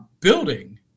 building